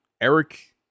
Eric